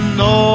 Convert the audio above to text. no